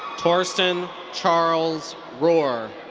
thorsten charles rohr.